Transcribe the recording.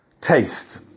taste